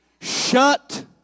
Shut